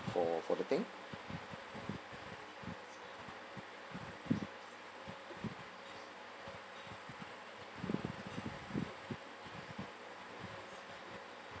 for for the thing